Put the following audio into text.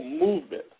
movement